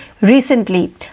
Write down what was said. recently